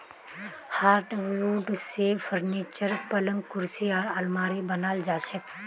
hardwood स furniture, पलंग कुर्सी आर आलमारी बनाल जा छेक